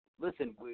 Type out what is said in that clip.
Listen